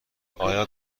آیا